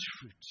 fruit